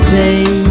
day